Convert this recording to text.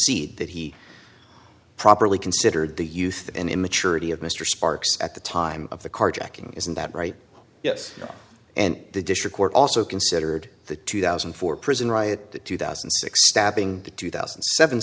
see that he properly considered the youth and immaturity of mr sparks at the time of the carjacking isn't that right yes and the district court also considered the two thousand and four prison riot the two thousand and six stabbing the two thousand and seven